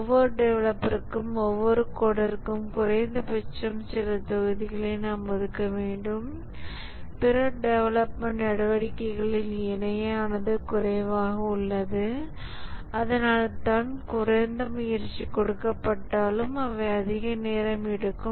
ஒவ்வொரு டெவலப்பருக்கும் ஒவ்வொரு கோடருக்கும் குறைந்தபட்சம் சில தொகுதிகளை நாம் ஒதுக்க வேண்டும் பிற டெவலப்மென்ட் நடவடிக்கைகளில் இணையானது குறைவாக உள்ளது அதனால்தான் குறைந்த முயற்சி கொடுக்கப்பட்டாலும் அவை அதிக நேரம் எடுக்கும்